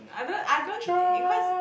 I don't I don't because